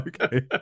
Okay